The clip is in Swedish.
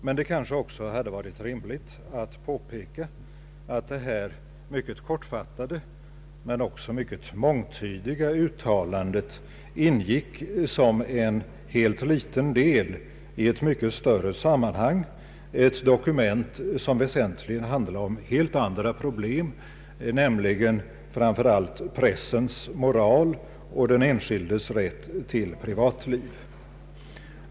Men det hade kanske också varit rimligt att påpeka att detta kortfattade men samtidigt mycket mångtydiga uttalande ingick som en helt liten del i ett mycket större sammanhang, ett dokument som väsentligen handlade om helt andra problem, nämligen framför allt pressens moral och den enskildes rätt till privatliv.